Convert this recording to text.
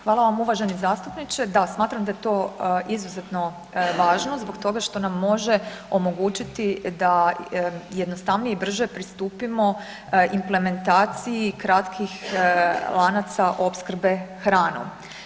Hvala vam uvaženi zastupniče, da smatram da je to izuzetno važno zbog toga što nam može omogućiti da jednostavnije i brže pristupimo implementaciji kratkih lanaca opskrbe hranom.